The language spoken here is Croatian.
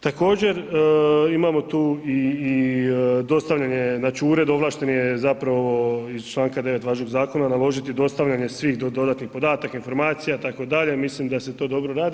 Također imamo tu i dostavljanje, znači, ured ovlašten je zapravo iz čl. 9. važećeg zakona naložiti dostavljanje svih dodatnih podataka i informacija itd., mislim da se to dobro radi.